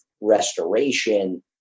restoration